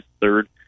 third